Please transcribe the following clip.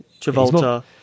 Travolta